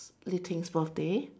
Li Ting's birthday